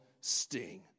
sting